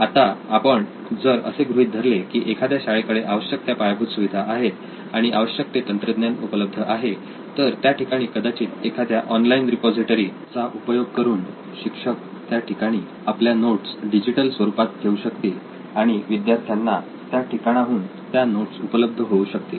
आता आपण जर असे गृहीत धरले की एखाद्या शाळेकडे आवश्यक त्या पायाभूत सुविधा आहेत आणि आवश्यक ते तंत्रज्ञान उपलब्ध आहे तर त्या ठिकाणी कदाचित एखाद्या ऑनलाईन रिपॉझिटरी चा उपयोग करून शिक्षक त्या ठिकाणी आपल्या नोट्स डिजिटल स्वरूपात ठेवू शकतील आणि विद्यार्थ्यांना त्या ठिकाणाहून त्या नोट्स उपलब्ध होऊ शकतील